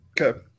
okay